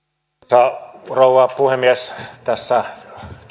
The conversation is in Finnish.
arvoisa rouva puhemies tässä